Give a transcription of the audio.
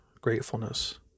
gratefulness